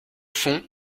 fond